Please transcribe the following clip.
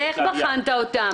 איך בחנת אותם?